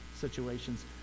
situations